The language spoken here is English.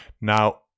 now